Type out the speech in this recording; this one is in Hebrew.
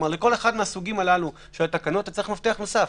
לכל אחד מהסוגים הללו של התקנות אתה צריך מפתח נוסף.